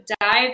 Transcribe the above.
dive